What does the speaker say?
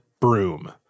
broom